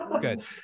Good